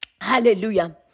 Hallelujah